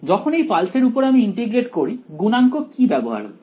যখন এই পালসের উপর আমি ইন্টিগ্রেট করি গুণাঙ্ক কি ব্যবহার হচ্ছে